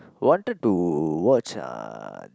wanted to watch uh